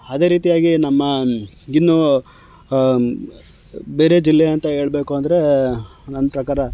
ಅದೇ ರೀತಿಯಾಗಿ ನಮ್ಮ ಇನ್ನೂ ಬೇರೆ ಜಿಲ್ಲೆ ಅಂತ ಹೇಳ್ಬೇಕು ಅಂದರೆ ನನ್ನ ಪ್ರಕಾರ